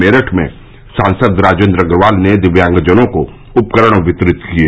मेरठ में सांसद राजेन्द्र अग्रवाल ने दिव्यांगजनों को उपकरण वितरित किये